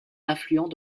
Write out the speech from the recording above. affluent